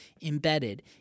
embedded